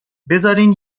بذارین